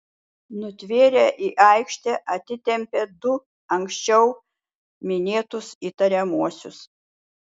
nutvėrę į aikštę atitempė du anksčiau minėtus įtariamuosius